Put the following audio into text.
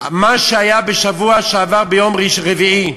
מה שהיה בשבוע שעבר, ביום רביעי,